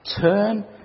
Turn